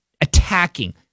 attacking